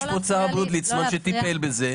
יש פה את שר הבריאות ליצמן שטיפל בזה.